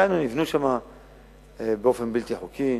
דהיינו, נבנו שם באופן בלתי חוקי,